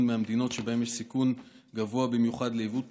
מהמדינות שבהן יש סיכון גבוה במיוחד ליבוא תחלואה,